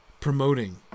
promoting